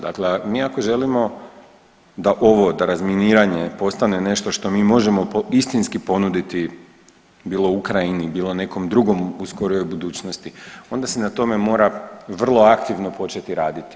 Dakle, mi ako želimo da ovo, da razminiranje postane nešto što mi možemo istinski ponuditi bilo Ukrajini, bilo nekom drugom u skorijoj budućnosti onda se na tome mora vrlo aktivno početi raditi.